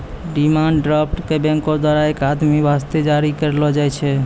demand draft क बैंको द्वारा एक आदमी वास्ते जारी करलो जाय छै